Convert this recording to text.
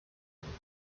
trois